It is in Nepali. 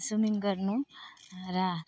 स्विमिङ गर्नु र